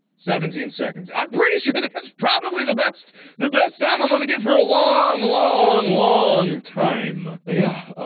seventeen seconds. i'm pretty sure that's probably the best the best time i'm gonna get for a long, long, long, time yeah,